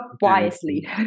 wisely